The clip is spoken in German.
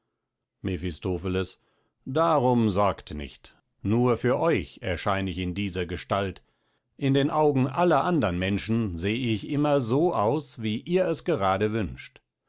mephistopheles darum sorgt nicht nur für euch erschein ich in dieser gestalt in den augen aller andern menschen seh ich immer so aus wie ihr es gerade wünscht